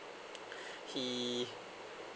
he